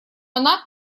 она